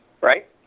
right